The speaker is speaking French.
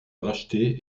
racheté